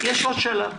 יש עוד שלב.